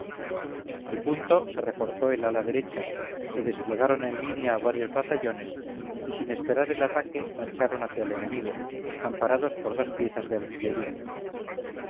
al punto se reforzó el ala derecha se desplegaron en línea varios batallones y sin esperar el ataque marcharon hacia el enemigo amparados por dos piezas de artillería